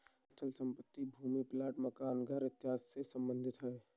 अचल संपत्ति भूमि प्लाट मकान घर आदि से सम्बंधित है